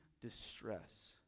distress